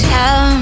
Tell